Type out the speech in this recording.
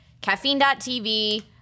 Caffeine.tv